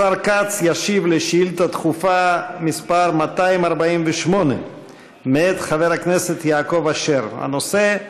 השר כץ ישיב על שאילתה דחופה מס' 248 מאת חבר הכנסת יעקב אשר בנושא: